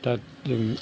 दा दिन